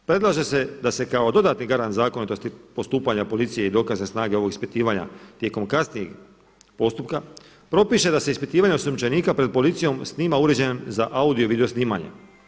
Predlaže se da se kao dodatni garant zakonitosti postupanja policije i dokazne snage ovog ispitivanja tijekom kasnijeg postupka propiše da se ispitivanje osumnjičenika pred policijom snima uređajem za audio i video snimanje.